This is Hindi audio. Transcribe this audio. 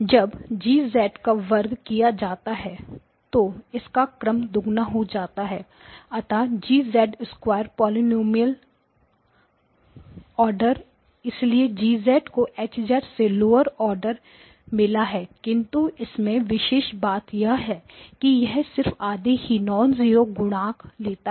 जब G का वर्ग किया जाता है तो इसका क्रम दोगुना हो जाना चाहिए अतः G पोलीनोमिअल आर्डरइसलिए G को H से लोअर आर्डर मिला है किंतु इसमें विशेष बात यह है कि यह सिर्फ आधे ही नॉन जीरो गुणांक लेता है